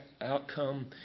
outcome